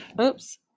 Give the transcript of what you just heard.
Oops